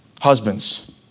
husbands